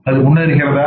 அது முன்னேறுகிறதா